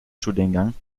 studiengang